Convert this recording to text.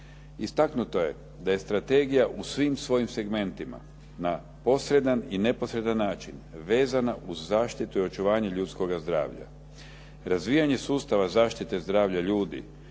Istaknuto je da je strategija u svim svojim segmentima, na posredan i neposredan način, vezana uz zaštitu i očuvanje ljudskoga zdravlja. Razvijanje sustava zaštite zdravlja ljudi